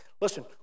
Listen